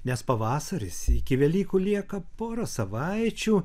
nes pavasaris iki velykų lieka pora savaičių